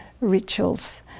rituals